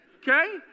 Okay